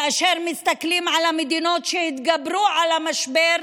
כאשר מסתכלים על המדינות שהתגברו על המשבר,